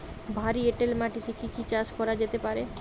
ভারী এঁটেল মাটিতে কি কি চাষ করা যেতে পারে?